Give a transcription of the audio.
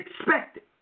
expected